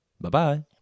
bye-bye